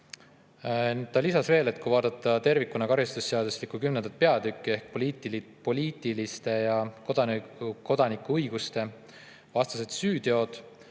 Ta lisas, et kui vaadata tervikuna karistusseadustiku 10. peatükki "Poliitiliste ja kodanikuõiguste vastased süüteod",